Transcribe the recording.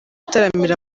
ataramira